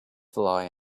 fly